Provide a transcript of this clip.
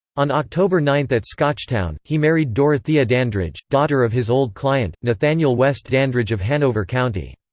on october nine at scotchtown, he married dorothea dandridge, daughter of his old client, nathaniel west dandridge of hanover county.